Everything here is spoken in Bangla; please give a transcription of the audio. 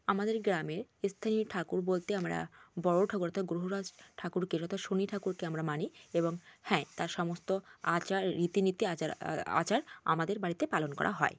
আমাদের গ্রামের স্থায়ী ঠাকুর বলতে আমরা বড় ঠাকুর অর্থাৎ গ্রহরাজ ঠাকুরকে তথা শনি ঠাকুরকে আমরা মানি এবং হ্যাঁ তার সমস্ত আচার রীতিনীতি আচার আচার আমাদের বাড়িতে পালন করা হয়